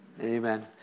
Amen